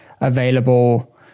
available